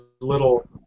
little